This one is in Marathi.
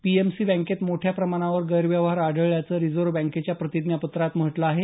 पीएमसी बँकेत मोठ्या प्रमाणावर गैरव्यवहार आढळल्याचं रिझर्व बँकेच्या प्रतिज्ञापत्रात म्हटलं आहे